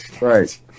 Right